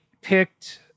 picked